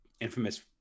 infamous